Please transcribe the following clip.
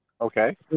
okay